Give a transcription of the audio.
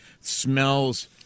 smells